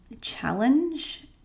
challenge